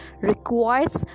requires